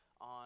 on